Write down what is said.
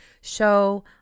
show